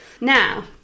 now